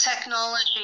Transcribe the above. technology